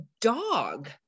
dog